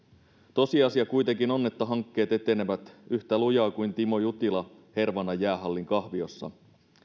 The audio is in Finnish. tosiasia kuitenkin on että hankkeet etenevät yhtä lujaa kuin timo jutila hervannan jäähallin kahviossa